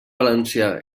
valencià